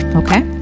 okay